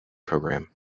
programme